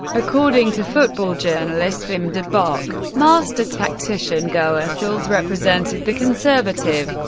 according to football journalist wim de bock, master tactician goethals represented the conservative,